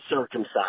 circumcised